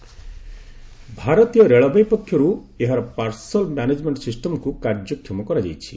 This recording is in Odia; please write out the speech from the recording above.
ରେଲଓ୍ଡେ ପାସଲ ଭାରତୀୟ ରେଲବାଇ ପକ୍ଷରୁ ଏହାର ପାର୍ସଲ ମ୍ୟାନେଜମେଣ୍ଟ ସିଷ୍ଟମକୁ କାର୍ଯ୍ୟକ୍ଷମ କରାଯାଇଛି